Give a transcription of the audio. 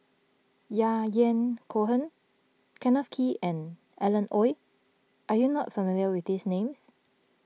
Yahya Cohen Kenneth Kee and Alan Oei Are you not familiar with these names